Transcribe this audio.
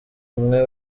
umwe